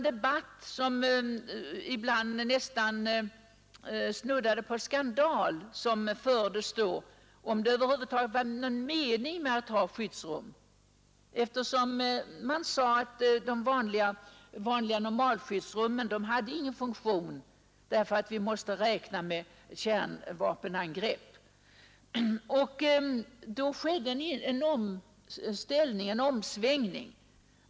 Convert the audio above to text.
Det var en inflammerad debatt om huruvida det över huvud taget var någon mening med att ha skyddsrum — vanliga normalskyddsrum ansågs inte ha någon funktion, på grund av att vi räknade med kärnvapenangrepp. Det skedde emellertid en omsvängning.